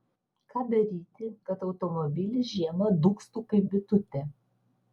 ką daryti kad automobilis žiemą dūgztų kaip bitutė